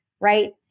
right